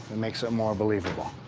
it makes it more believable.